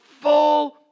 full